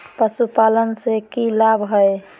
पशुपालन से के लाभ हय?